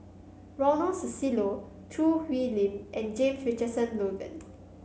Ronald Susilo Choo Hwee Lim and James Richardson Logan